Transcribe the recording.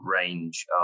range